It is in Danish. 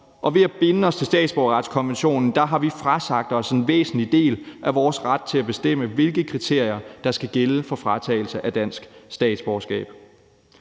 ved at binde os til statsborgerretskonventionen har vi frasagt os en væsentlig del af vores ret til at bestemme, hvilke kriterier der skal gælde for fratagelse af dansk statsborgerskab.